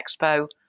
expo